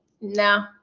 No